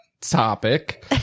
topic